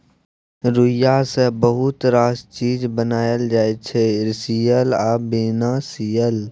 रुइया सँ बहुत रास चीज बनाएल जाइ छै सियल आ बिना सीयल